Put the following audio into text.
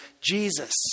Jesus